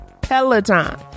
Peloton